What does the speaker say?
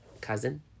cousin